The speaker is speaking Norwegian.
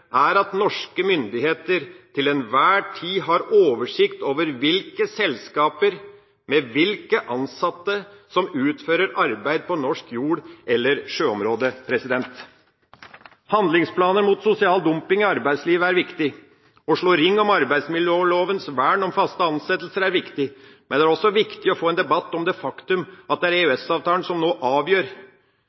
er at norske myndigheter til enhver tid har oversikt over hvilke selskaper med hvilke ansatte som utfører arbeid på norsk jord eller sjøområde. Handlingsplaner mot sosial dumping i arbeidslivet er viktig. Å slå ring om arbeidsmiljølovens vern om faste ansettelser er viktig. Men det er også viktig å få en debatt om det faktum at det er EØS-avtalen som nå avgjør